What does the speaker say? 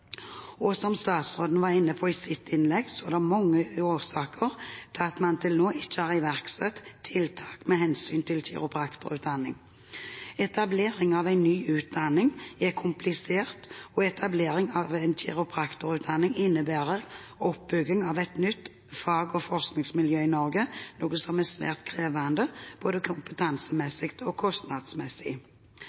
Som statsråden var inne på i sitt innlegg, er det mange årsaker til at man til nå ikke har iverksatt tiltak med hensyn til kiropraktorutdanning. Etablering av en ny utdanning er komplisert, og etablering av en kiropraktorutdanning innebærer oppbygging av et nytt fag- og forskningsmiljø i Norge, noe som er svært krevende, både kompetansemessig og kostnadsmessig.